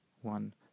one